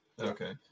Okay